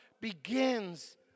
begins